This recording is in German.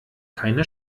keine